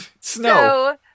Snow